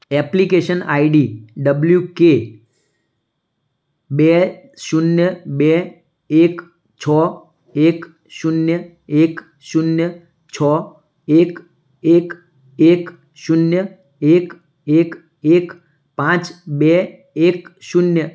application I D W K બે શૂન્ય બે એક છ એક શૂન્ય એક શૂન્ય છ એક એક એક શૂન્ય એક એક એક પાંચ બે એક શૂન્ય